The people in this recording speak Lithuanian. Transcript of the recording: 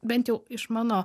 bent jau išmanau